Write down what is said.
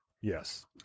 Yes